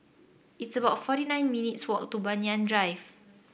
it's about forty nine minutes' walk to Banyan Drive